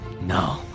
No